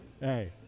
Hey